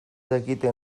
dakite